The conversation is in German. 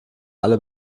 alle